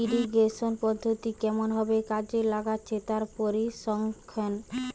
irrigation পদ্ধতি কেমন ভাবে কাজে লাগছে তার পরিসংখ্যান